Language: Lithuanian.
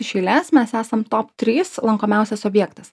iš eilės mes esam top trys lankomiausias objektas